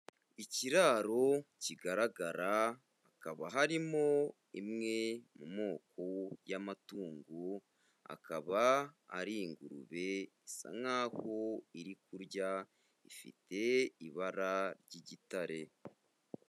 Ikiraro kigaragara, hakaba harimo imwe mu moko y'amatungo, akaba ari ingurube, isa nkaho iri kurya, ifite ibara ry'igitare.